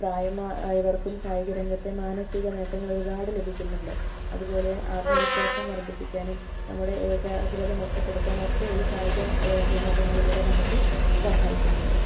പ്രായമായവർക്കും കായിക രംഗത്തെ മാനസിക നേട്ടങ്ങൾ ഒരുപാട് ലഭിക്കുന്നുണ്ട് അതുപോലെ ആത്മവിശ്വാസം വർദ്ധിപ്പിക്കാനും നമ്മുടെ ഏകാക്രത മെച്ചപ്പെടുത്താനും ഒക്കെ ഈ കായിക വിനോദങ്ങളിലൂടെ നമുക്ക് സഹായിക്കുന്നുണ്ട്